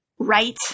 Right